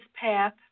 path